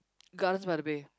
Gardens-by-the-Bay